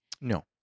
No